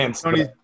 Tony